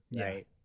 Right